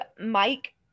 mike